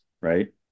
right